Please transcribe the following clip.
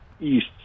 east